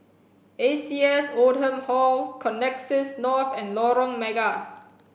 A C S Oldham Hall Connexis North and Lorong Mega